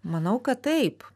manau kad taip